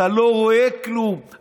לא רואה כלום,